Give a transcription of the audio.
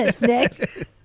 Nick